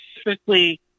specifically